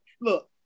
Look